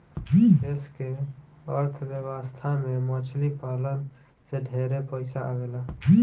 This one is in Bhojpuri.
देश के अर्थ व्यवस्था में मछली पालन से ढेरे पइसा आवेला